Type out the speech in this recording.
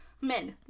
men